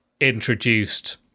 introduced